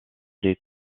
les